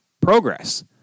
progress